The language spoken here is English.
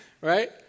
Right